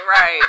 Right